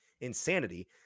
insanity